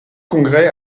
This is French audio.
congrès